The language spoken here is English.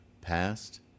past